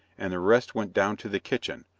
and the rest went down to the kitchen,